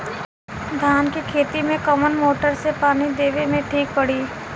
धान के खेती मे कवन मोटर से पानी देवे मे ठीक पड़ी?